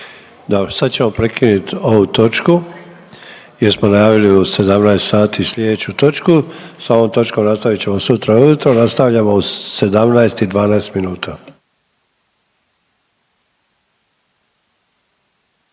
Dobro. Sad ćemo prekinit ovu točku jer smo najavili u 17 sati sljedeću točku. Sa ovom točkom nastavit ćemo sutra ujutro. Nastavljamo u 17 i 12 minuta.